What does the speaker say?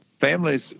families